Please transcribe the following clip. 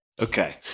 Okay